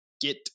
get